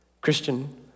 Christian